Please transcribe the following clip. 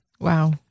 Wow